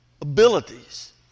abilities